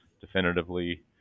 definitively